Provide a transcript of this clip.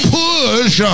push